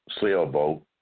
sailboat